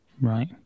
Right